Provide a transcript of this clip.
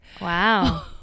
Wow